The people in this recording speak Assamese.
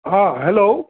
অঁ হেল্ল'